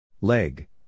Leg